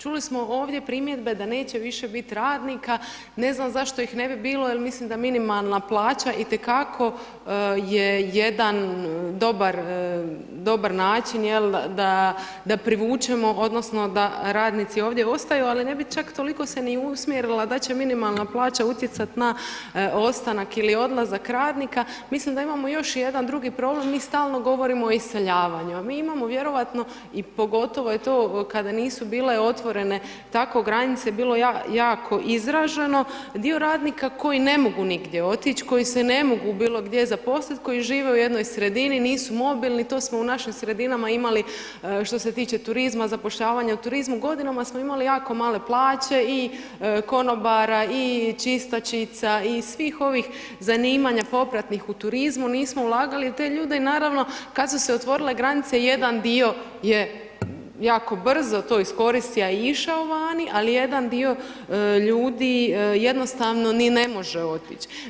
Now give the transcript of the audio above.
Čuli smo ovdje primjedbe da neće više biti radnika, znam zašto ih ne bi bilo jer mislim da minimalna plaća itekako je jedan dobar način da privučemo odnosno da radnici ovdje ostaju ali ne bi čak toliko se ni usmjerila da će minimalna plaća utjecat na ostanak ili odlazak radnika, mislim da imamo još jedan drugi problem, mi stalno govorimo o iseljavanju a mi imamo vjerovatno i pogotovo je to kada nisu bile otvorene tako granice bilo je jako izraženo, dio radnika koji ne mogu nigdje otići, koji se ne mogu bilogdje zaposliti, koji žive u jednoj sredini nisu mobilni, to smo u našim sredinama imali što se tiče turizma, zapošljavanja u turizmu, godinama smo imali jako male plaće i konobara i čistačice i svih ovih zanimanja popratnih u turizmu, nismo ulagali u te ljude i naravno kad su se otvorile granice, jedan dio je jako brzo to iskoristio a išao vani ali jedan dio ljudi jednostavno ni ne može otić.